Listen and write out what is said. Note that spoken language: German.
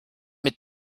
mit